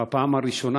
בפעם הראשונה,